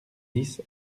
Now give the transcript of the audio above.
dix